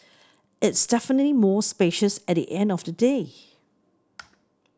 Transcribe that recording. it's definite more spacious at the end of the day